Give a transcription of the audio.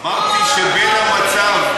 אמרתי שבין המצב,